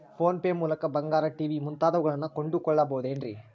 Phone pay ಮೂಲಕ ಬಂಗಾರ, TV ಮುಂತಾದವುಗಳನ್ನ ಕೊಂಡು ಕೊಳ್ಳಬಹುದೇನ್ರಿ?